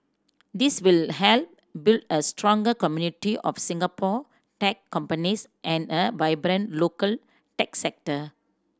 this will help build a stronger community of Singapore tech companies and a vibrant local tech sector